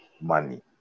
money